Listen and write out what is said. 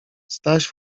staś